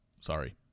Sorry